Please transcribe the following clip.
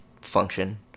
function